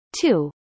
two